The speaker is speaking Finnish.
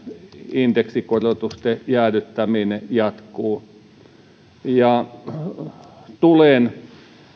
indeksikorotusten jäädyttäminen jatkuu tulen